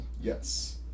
Yes